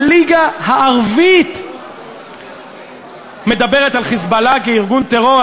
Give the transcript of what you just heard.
הליגה הערבית מדברת על "חיזבאללה" כארגון טרור,